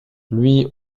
lui